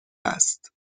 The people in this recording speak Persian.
است